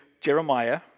Jeremiah